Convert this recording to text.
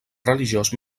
religiós